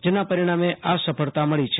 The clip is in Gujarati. જેના પરિણામે આ સફળતા મળી છે